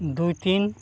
ᱫᱩᱭ ᱛᱤᱱ